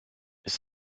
ist